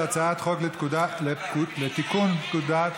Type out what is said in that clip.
להצעת חוק לתיקון פקודת